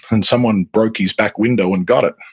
and someone broke his back window and got it.